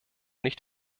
nicht